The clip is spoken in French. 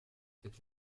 faites